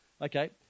Okay